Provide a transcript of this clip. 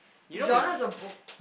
genres of book